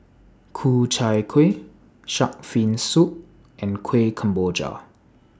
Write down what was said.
Ku Chai Kuih Shark's Fin Soup and Kueh Kemboja